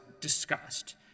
discussed